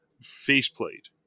faceplate